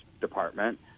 department